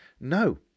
No